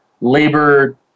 labor